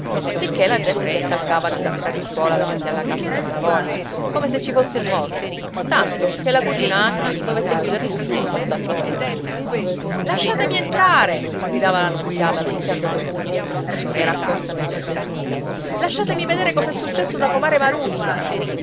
sicché la gente si accalcava nella stradicciuola davanti alla casa dei malavoglia come se ci fosse il morto tanto che la cugina anna dovette chiuder l'uscio sul mostaccio a tutti lasciatemi entrare gridava la nunziata picchiando coi pugni sull'uscio che era accorsa mezzo svestita lasciatemi vedere cos'è successo da comare maruzza